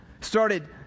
started